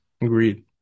Agreed